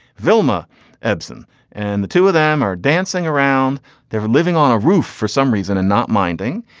vilma ibsen and the two of them are dancing around their living on a roof. for some reason and not minding.